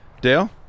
Dale